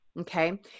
Okay